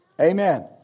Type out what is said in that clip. Amen